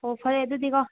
ꯑꯣ ꯐꯔꯦ ꯑꯗꯨꯗꯤꯀꯣ